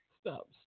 Stop